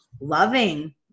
loving